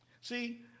See